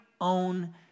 own